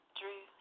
drew